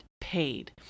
paid